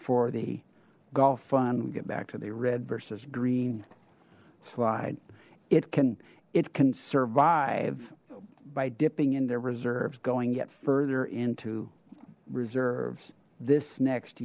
for the gulf fund get back to the red versus green slide it can it can survive by dipping into reserves going yet further into reserves this next